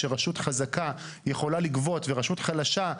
כשרשות חזקה יכולה לגבות ורשות חלשה,